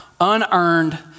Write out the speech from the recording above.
unearned